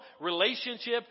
relationship